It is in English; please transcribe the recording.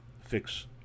fix